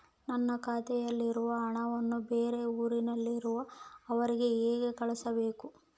ನನ್ನ ಖಾತೆಯಲ್ಲಿರುವ ಹಣವನ್ನು ಬೇರೆ ಊರಿನಲ್ಲಿರುವ ಅವರಿಗೆ ಹೇಗೆ ಕಳಿಸಬೇಕು?